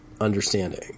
understanding